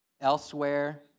Elsewhere